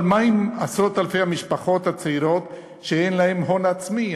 אבל מה עם עשרות-אלפי המשפחות הצעירות שאין להן הון עצמי,